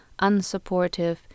unsupportive